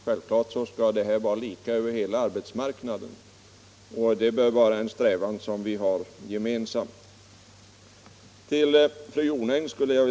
Självklart bör förhållandena vara lika över hela arbetsmarknaden, och det bör vara en strävan som vt har gemensamt. Sedan några ord till fru Jonäng.